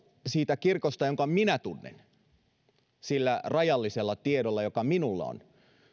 siitä kirkosta jonka minä tunnen sillä rajallisella tiedolla joka minulla on